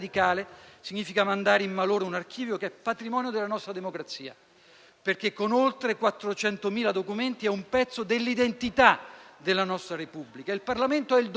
significa mandare in malora un archivio che è patrimonio della nostra democrazia, che con oltre 400.000 documenti è un pezzo dell'identità della nostra Repubblica. Il Parlamento ha il dovere